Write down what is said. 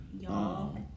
y'all